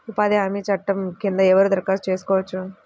ఉపాధి హామీ చట్టం కింద ఎవరు దరఖాస్తు చేసుకోవచ్చు?